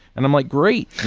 and i'm like, great!